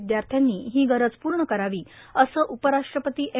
विद्यार्थ्यांनी ही गरज पूर्ण करावी असं उपराष्ट्रपती एम